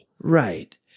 Right